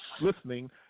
listening